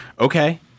okay